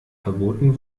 verboten